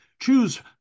Choose